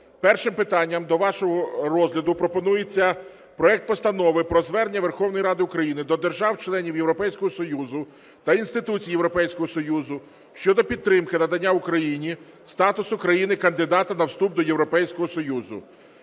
Першим питанням до вашого розгляду пропонується проект Постанови про Звернення Верховної Ради України до держав-членів Європейського Союзу та інституцій Європейського Союзу щодо підтримки надання Україні статусу країни-кандидата на вступ до Європейського Союзу.